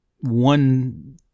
one